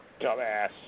dumbass